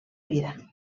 vida